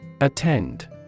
Attend